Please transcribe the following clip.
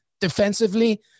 defensively